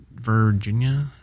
Virginia